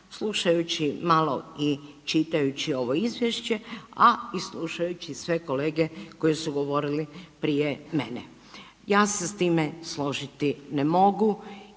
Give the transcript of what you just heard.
Slušajući malo i čitajući ovo Izvješće, a i slušajući sve kolege koji su govorili prije mene. Ja se s time složiti ne mogu